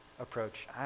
approach